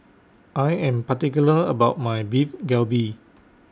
I Am particular about My Beef Galbi